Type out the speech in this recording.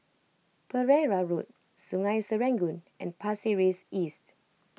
Pereira Road Sungei Serangoon and Pasir Ris East